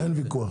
אין בכלל ויכוח.